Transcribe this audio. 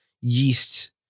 yeast